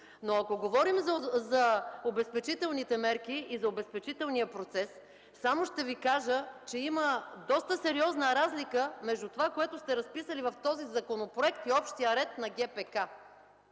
Ако говорим за обезпечителните мерки и за обезпечителният процес само ще Ви кажа, че има доста сериозна разлика между това, което сте разписали в този законопроект и общия ред на ГПК.